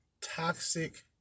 Toxic